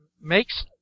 makes